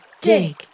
Dig